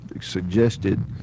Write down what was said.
suggested